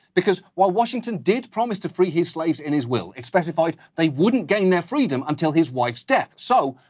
because, while washington did promise to free his slaves in his will, it specified, they wouldn't gain their freedom until his wife's death. so,